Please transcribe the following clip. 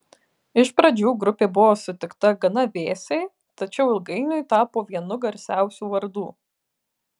iš pradžių grupė buvo sutikta gana vėsiai tačiau ilgainiui tapo vienu garsiausių vardų